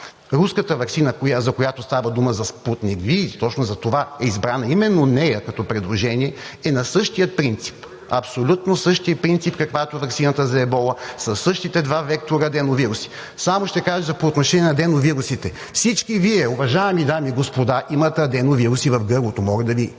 Руската ваксина, за която става дума – за „Спутник V“, и точно затова е избрана именно нея като предложение, е на същия принцип, абсолютно същия принцип, каквато е ваксината за Ебола, със същите два вектора аденовируси. Само ще кажа по отношение на аденовирусите. Всички Вие, уважаеми дами и господа, имате аденовируси в гърлото. Мога да Ви кажа,